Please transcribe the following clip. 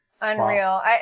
Unreal